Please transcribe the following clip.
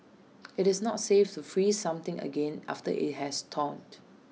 IT is not safe to freeze something again after IT has thawed